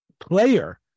Player